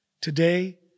Today